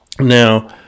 Now